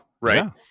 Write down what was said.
right